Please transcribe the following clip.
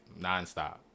nonstop